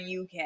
uk